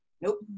Nope